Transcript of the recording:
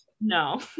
no